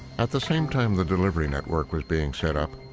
at the same time the delivery network was being set up,